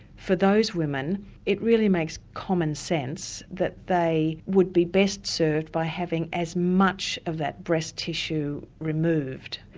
for those women it really makes common sense that they would be best served by having as much of that breast tissue removed.